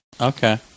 Okay